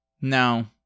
No